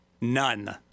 None